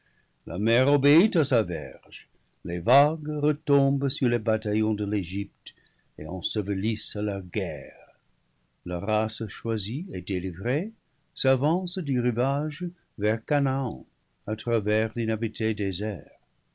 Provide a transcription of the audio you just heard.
la mer obéit à sa verge les vagues retombent sur les bataillons de l'egypte et ensevelissent leur guerre la race choisie et délivrée s'avance du rivage vers chanaan à travers l'inhabité désert